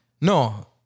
No